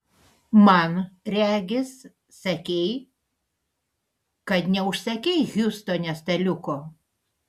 man regis sakei kad neužsakei hjustone staliuko